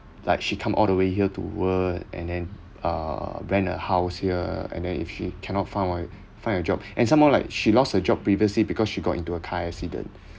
like she come all the way here to work and then uh rent a house here and then if she cannot found a find a job and some more like she lost her job previously because she got into a car accident